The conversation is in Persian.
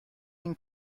این